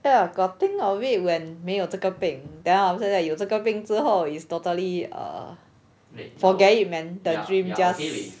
ya got think of it when 没有这个病 then after that 有这个病之后 is totally err forget it man the dream just